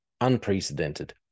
unprecedented